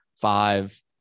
five